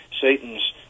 Satan's